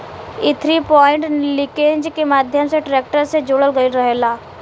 इ three point linkage के माध्यम से ट्रेक्टर से जोड़ल गईल रहेला